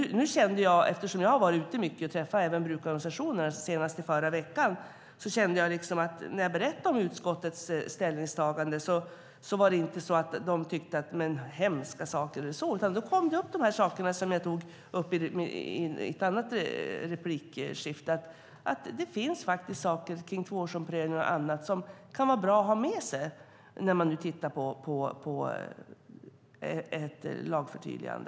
Jag är ute mycket, och när jag senast i förra veckan träffade brukarorganisationerna berättade jag om utskottets ställningstaganden. De tyckte inte usch och fy, utan det som jag tog upp i ett annat replikskifte kom upp, nämligen att det finns saker när det gäller tvåårsomprövning och annat som kan vara bra att ha med sig när man tittar på ett lagförtydligande.